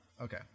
Okay